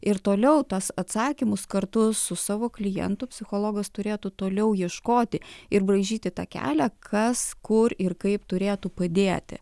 ir toliau tuos atsakymus kartu su savo klientu psichologas turėtų toliau ieškoti ir braižyti tą kelią kas kur ir kaip turėtų padėti